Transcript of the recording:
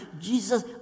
Jesus